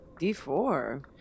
D4